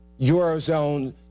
eurozone